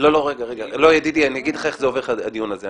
לא, ידידי, אני אגיד לך איך עובד הדיון הזה.